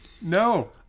No